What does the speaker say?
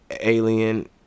alien